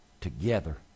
together